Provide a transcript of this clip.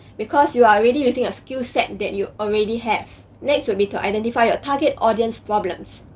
because you are already using a skillset that you already have. next would be to identify your target audience's problems.